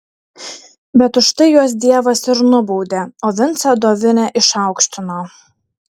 bet už tai juos dievas ir nubaudė o vincą dovinę išaukštino